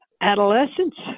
Adolescence